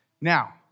Now